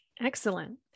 excellent